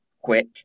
quick